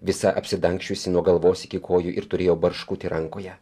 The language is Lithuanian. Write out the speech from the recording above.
visa apsidangsčiusi nuo galvos iki kojų ir turėjo barškutį rankoje